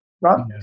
right